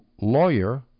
lawyer